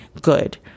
good